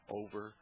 over